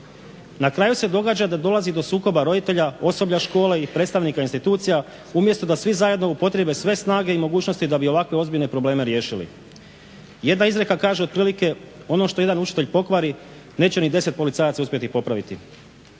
Na kraju se događa da dolazi do sukoba roditelja, osoblja škole i predstavnika institucija umjesto da svi zajedno upotrijebe sve snage i mogućnosti da bi ovakve ozbiljne probleme riješili. Jedna izreka kaže otprilike, ono što jedan učitelj pokvari neće ni deset policajaca uspjeti popraviti.